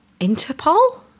Interpol